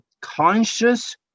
conscious